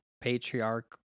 patriarch